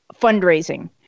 fundraising